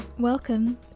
Welcome